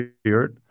Spirit